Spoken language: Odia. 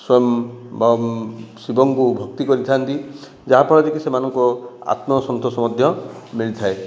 ସ୍ୱୟଂ ବଂ ଶିବଙ୍କୁ ଭକ୍ତି କରିଥାନ୍ତି ଯାହା ଫଳରେକି ସେମାନଙ୍କୁ ଆତ୍ମସନ୍ତୋଷ ମଧ୍ୟ ମିଳିଥାଏ